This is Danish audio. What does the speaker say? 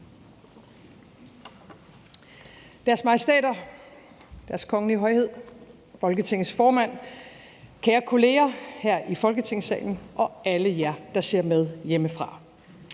Deres Majestæter, Deres Kongelige Højhed, Folketingets formand, kære kolleger her i Folketingssalen og alle jer, der ser med hjemmefra.